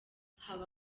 haba